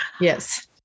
yes